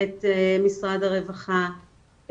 את משרד הרווחה,